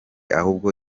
ahubwo